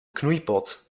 knoeipot